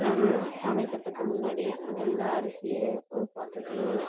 நான் சமைக்கிறதுக்கு முன்னாடியே முதலில் அரிசியை ஒரு பாத்திரத்தில்